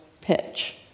pitch